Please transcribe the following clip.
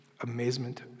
amazement